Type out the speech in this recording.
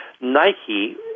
Nike